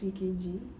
three K_G